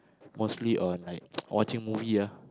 mostly on like watching movie ah